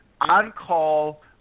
on-call